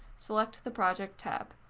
select the project tab.